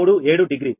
837 degree